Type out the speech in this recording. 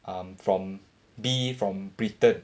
um from B from britain